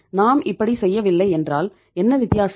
நாம் இப்படி செய்யவில்லை என்றால் என்ன வித்தியாசம்